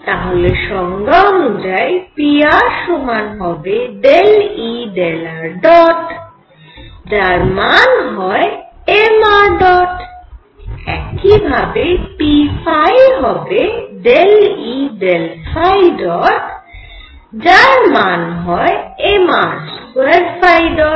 তাহলে সংজ্ঞা অনুযায়ী pr সমান হবে ∂E∂ṙ যার মান হয় mṙ একই ভাবে p হবে ∂E∂ϕ̇ যার মান হয় mr2ϕ̇